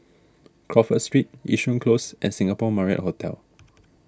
Crawford Street Yishun Close and Singapore Marriott Hotel